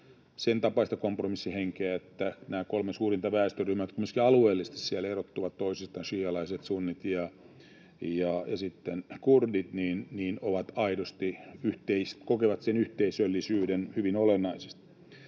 sentapaista kompromissin henkeä, että nämä kolme suurinta väestöryhmää, jotka myöskin alueellisesti siellä erottuvat toisistaan — šiialaiset, sunnit ja sitten kurdit — aidosti kokevat sen yhteisöllisyyden hyvin olennaisesti.